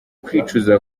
kwicuza